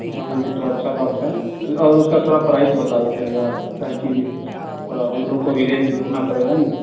हाँ यह तो अच्छी बात है उसका थोड़ा प्राइस बता देते भैया काहे कि थोड़ा हम लोग को भी रेंज देखना पड़ेगा ना